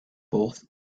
both